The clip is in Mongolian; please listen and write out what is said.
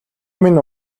минь